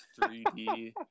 3D